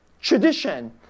tradition